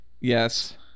Yes